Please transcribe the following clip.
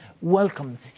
welcome